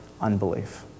unbelief